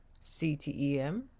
CTEM